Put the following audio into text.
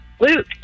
Luke